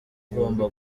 ugomba